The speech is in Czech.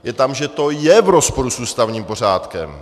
Je tam, že to je v rozporu s ústavním pořádkem.